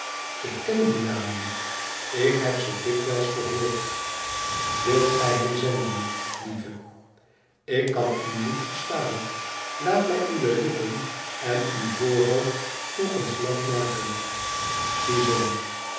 ik ken die namen ik heb ze dikwijls gehoord wilt gij hem zenden lieve ik kan u niet verstaan laat mij uwe lippen en uw voorhoofd nog eens nat maken ziezoo